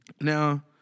Now